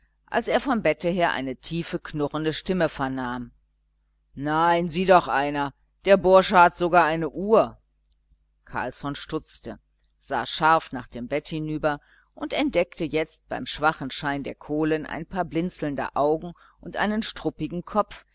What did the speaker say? als er vom bette her eine tiefe knurrende stimme vernahm nein sieh doch einer der bursche hat sogar eine uhr carlsson stutzte sah scharf nach dem bett hinüber und entdeckte jetzt beim schwachen schein der kohlen ein paar blinzelnder augen und einen struppigen kopf